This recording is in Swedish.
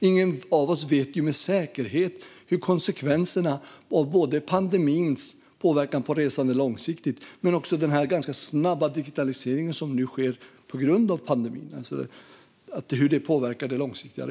Ingen av oss vet med säkerhet hur pandemin och den ganska snabba digitalisering som nu sker på grund av pandemin påverkar resandet långsiktigt.